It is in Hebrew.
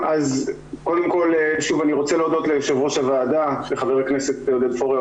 קודם כל שוב אני רוצה להודות ליו"ר הוועדה ח"כ עודד פורר